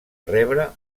rebre